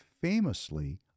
famously